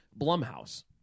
Blumhouse